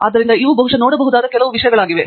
ಆದ್ದರಿಂದ ಇವು ಬಹುಶಃ ನೋಡಬಹುದಾದ ಕೆಲವು ವಿಷಯಗಳಾಗಿವೆ